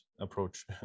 approach